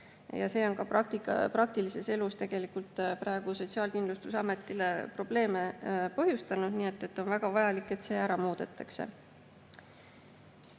See on ka praktilises elus tegelikult praegu Sotsiaalkindlustusametile probleeme põhjustanud, nii et on väga vajalik, et see ära muudetakse. Nii.